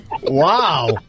Wow